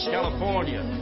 California